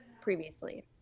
previously